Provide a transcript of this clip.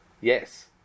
Yes